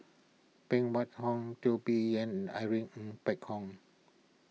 Phan Wait Hong Teo Bee Yen Irene Ng Phek Hoong